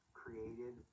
created